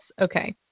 Okay